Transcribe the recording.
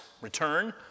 return